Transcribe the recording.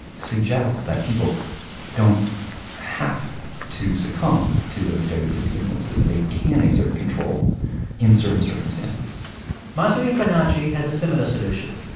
suggests that people don't have to succumb to those stereotypic influences. they can exert control in certain circumstances mahzarin banaji has a similar solution.